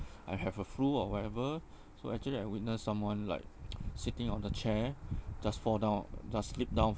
I have a flu or whatever so actually I witness someone like sitting on the chair just fall down just slip down